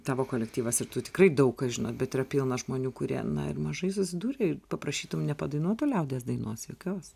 tavo kolektyvas ir tu tikrai daug kas žino bet yra pilna žmonių kurie na ir mažai susidūrę ir paprašytum nepadainuotų liaudies dainos jokios